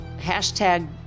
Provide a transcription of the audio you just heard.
Hashtag